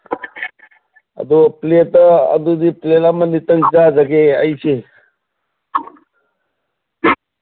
ꯑꯗꯣ ꯄ꯭ꯂꯦꯠꯇ ꯑꯗꯨꯗꯤ ꯄ꯭ꯂꯦꯠ ꯑꯃꯅꯤꯇꯪ ꯆꯥꯖꯒꯦ ꯑꯩꯁꯦ